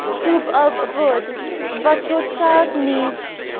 cube of of wood. what your child needs.